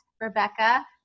Rebecca